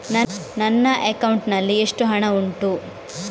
ನನ್ನ ಅಕೌಂಟ್ ನಲ್ಲಿ ಎಷ್ಟು ಹಣ ಉಂಟು?